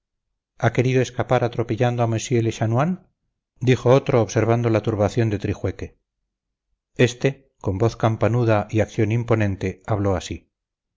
ha querido escapar atropellando a monsieur le chanoine dijo otro observando la turbación de trijueque este con voz campanuda y acción imponente habló así